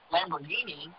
Lamborghini